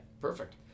Perfect